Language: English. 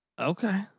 Okay